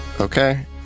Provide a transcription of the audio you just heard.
Okay